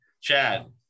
Chad